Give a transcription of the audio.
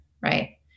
right